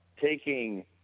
taking